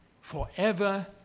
forever